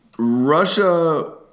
Russia